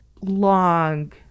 long